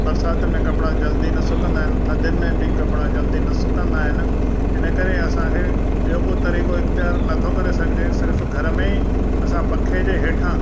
बरसाति में कपिड़ा जल्दी न सुकंदा आहिनि थधियुनि में बि कपिड़ा जल्दी न सुकंदा आहिनि इन करे असांखे ॿियो को तरीक़ो इख़्तियार नथो करे सघिजे सिर्फ़ु घर में ई असां पंखे जे हेठां